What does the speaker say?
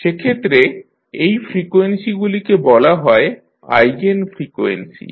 সেক্ষেত্রে এই ফ্রিকোয়েন্সিগুলিকে বলা হয় আইগেন ফ্রিকোয়েন্সি